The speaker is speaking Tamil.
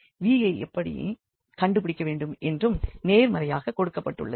v யை எப்படி கண்டுபிடிக்க வேண்டும் மற்றும் நேர்மாறாகவும் கொடுக்கப்பட்டுள்ளது